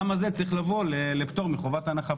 למה זה צריך לבוא לפטור מחובת הנחה.